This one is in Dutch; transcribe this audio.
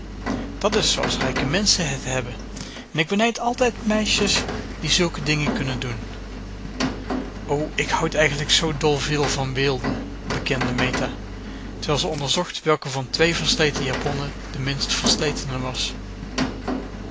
dat is zooals rijke menschen het hebben en ik benijd altijd meisjes die zulke dingen kunnen doen o ik houd eigenlijk zoo dol veel van weelde bekende meta terwijl ze onderzocht welke van twee versleten japonnen de minst versletene was